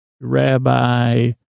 rabbi